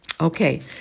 Okay